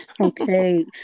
Okay